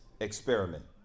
experiment